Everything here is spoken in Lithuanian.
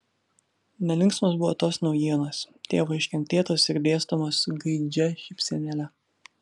nelinksmos buvo tos naujienos tėvo iškentėtos ir dėstomos su gaižia šypsenėle